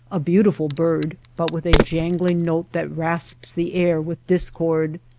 a beautiful bird, but with a jangling note that rasps the air with dis cord.